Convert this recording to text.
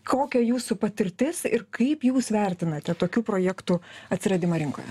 kokia jūsų patirtis ir kaip jūs vertinate tokių projektų atsiradimą rinkoje